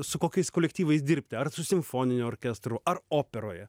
su kokiais kolektyvais dirbti ar su simfoniniu orkestru ar operoje